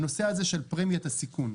הנושא הזה של פרמיית הסיכון.